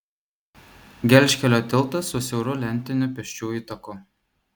gelžkelio tiltas su siauru lentiniu pėsčiųjų taku